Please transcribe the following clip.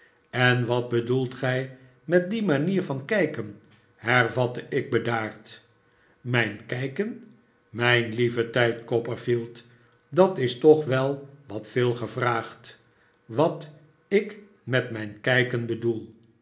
en wat bedoelt gij met die manier van kijken hervatte ik bedaard mijn kijken mijn lieve tijd copperfield dat is toch wel wat veel gevraagd wat ik met mijn kijken bedoel